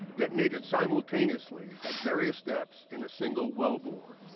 detonated simultaneously at various depths in a single wellbore.